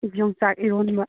ꯌꯣꯡꯆꯥꯛ ꯏꯔꯣꯟꯕ